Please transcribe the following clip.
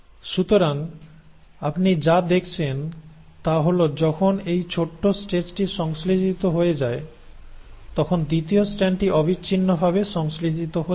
সুতরাং আপনি যা দেখছেন তা হল যখন এই ছোট স্ট্রেচটি সংশ্লেষিত হয়ে যায় তখন দ্বিতীয় স্ট্র্যান্ডটি অবিচ্ছিন্নভাবে সংশ্লেষিত হচ্ছে না